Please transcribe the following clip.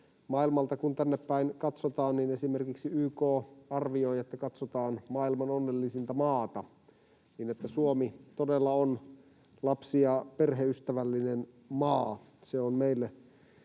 maailmalta tänne päin katsotaan, niin esimerkiksi YK arvioi, että katsotaan maailman onnellisinta maata, ja tässä mielessä on tietysti valtavan